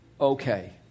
okay